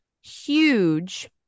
huge